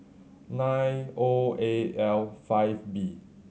nine O A L five B